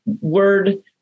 word